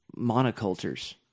monocultures